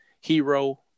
Hero